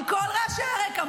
עם כל רעשי הרקע.